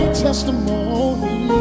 testimony